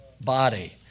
body